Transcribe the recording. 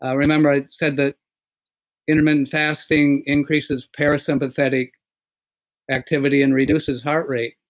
ah remember, i said that intermittent fasting increases parasympathetic activity and reduces heart rate.